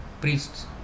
Priests